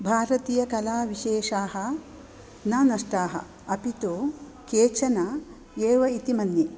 भारतीयकलाविषेशाः न नष्टाः अपितु केचन एव इति मन्ये